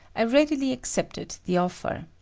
i readily accepted the offer.